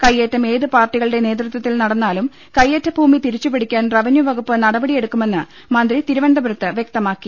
കയ്യേറ്റം ഏത് പാർട്ടികളുടെ നേതൃ ത്വത്തിൽ നടന്നാലും കയ്യേറ്റ ഭൂമി തിരിച്ചുപിടിക്കാൻ റവന്യൂ വകുപ്പ് നടപടിയെടുക്കുമെന്ന് മന്ത്രി തിരുവനന്തപുരത്ത് വൃക്തമാക്കി